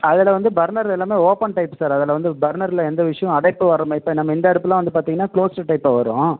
அதில் வந்து பர்னர் எல்லாமே ஓப்பன் டைப் சார் அதில் வந்து பர்னர்ல எந்த இஸ்யூவும் அடைப்பு வர்றமே சார் இப்போ நம்ம இந்த அடுப்புலாம் வந்து பார்த்தீங்கன்னா குளோஸ்டு டைப்பாக வரும்